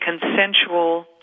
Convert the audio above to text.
consensual